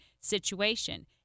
situation